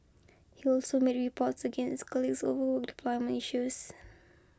he also made reports against colleagues over deployment issues